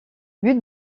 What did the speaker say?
but